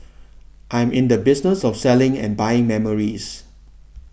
I'm in the business of selling and buying memories